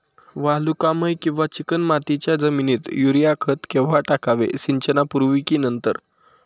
वालुकामय किंवा चिकणमातीच्या जमिनीत युरिया खत केव्हा टाकावे, सिंचनापूर्वी की नंतर?